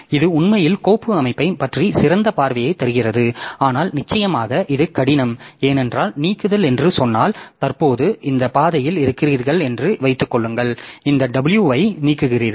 எனவே இது உண்மையில் கோப்பு அமைப்பைப் பற்றிய சிறந்த பார்வையைத் தருகிறது ஆனால் நிச்சயமாக இது கடினம் ஏனென்றால் நீக்குதல் என்று சொன்னால் தற்போது இந்த பாதையில் இருக்கிறீர்கள் என்று வைத்துக் கொள்ளுங்கள் இந்த w ஐ நீக்குகிறீர்கள்